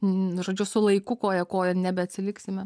nu žodžiu su laiku koja kojon nebeatsiliksime